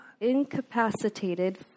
incapacitated